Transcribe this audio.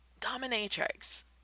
dominatrix